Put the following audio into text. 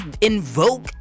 invoke